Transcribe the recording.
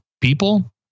people